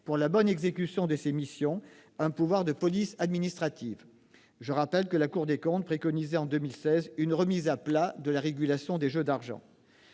pour la bonne exécution de ses missions, un pouvoir de police administrative, est atteint. Je rappelle que la Cour des comptes préconisait en 2016 une remise à plat de la régulation des jeux d'argent.